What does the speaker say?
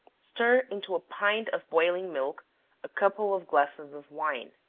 stir into a pint of boiling milk a couple of glasses of wine.